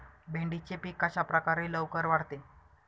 भेंडीचे पीक कशाप्रकारे लवकर वाढते?